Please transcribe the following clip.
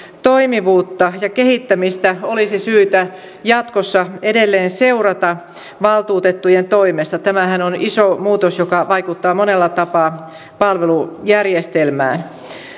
toimivuutta ja kehittämistä olisi syytä jatkossa edelleen seurata valtuutettujen toimesta tämähän on iso muutos joka vaikuttaa monella tapaa palvelujärjestelmään